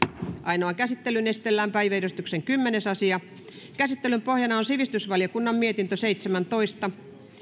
ainoaan käsittelyyn esitellään päiväjärjestyksen kymmenes asia käsittelyn pohjana on sivistysvaliokunnan mietintö seitsemäntoista